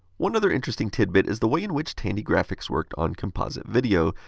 one other interesting tidbit is the way in which tandy graphics worked on composite video.